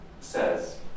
says